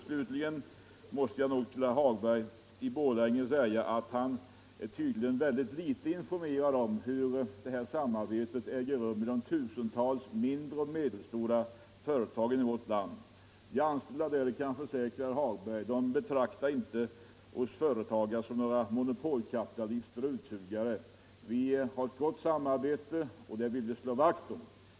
Slutligen måste jag till herr Hagberg i Borlänge säga att han tydligen är mycket dåligt informerad om hur det arbete vi nu diskuterar fungerar i de tusentals mindre och medelstora företagen i vårt land. De anställda där — det kan jag försäkra — betraktar inte oss företagare som några monopolkapitalister och utsugare. Vi har ett gott samarbete och det vill vi slå vakt om.